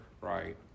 right